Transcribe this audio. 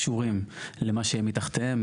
בהכרח קשורים למה שמתחתיהם,